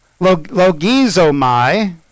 Logizomai